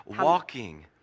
walking